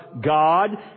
God